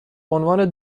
عنوان